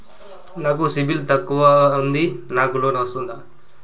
నాకు సిబిల్ తక్కువ ఉంది నాకు లోన్ వస్తుందా?